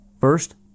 First